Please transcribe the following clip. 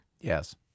Yes